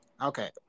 Okay